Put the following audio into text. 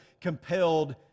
compelled